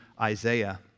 Isaiah